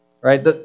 right